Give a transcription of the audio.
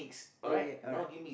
okay alright